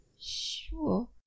Sure